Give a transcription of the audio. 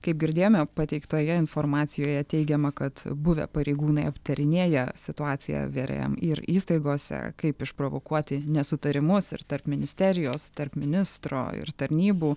kaip girdėjome pateiktoje informacijoje teigiama kad buvę pareigūnai aptarinėję situaciją vrm ir įstaigose kaip išprovokuoti nesutarimus ir tarp ministerijos tarp ministro ir tarnybų